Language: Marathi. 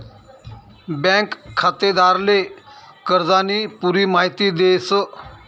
बँक खातेदारले कर्जानी पुरी माहिती देस